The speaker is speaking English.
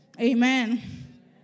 Amen